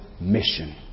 mission